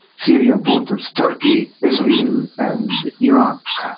syria borders turkey, israel and iraq,